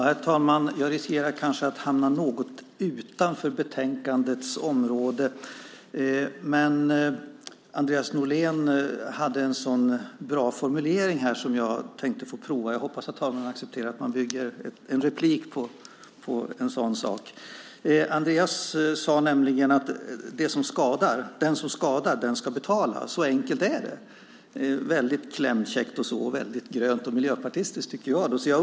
Herr talman! Jag riskerar kanske att hamna något utanför betänkandets område, men Andreas Norlén hade en så bra formulering som jag tänkte prova. Jag hoppas att talmannen accepterar att man bygger en replik på en sådan sak. Andreas sade nämligen att den som skadar den ska betala. Så enkelt är det. Det är klämkäckt, grönt och miljöpartistiskt.